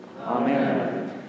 Amen